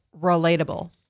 relatable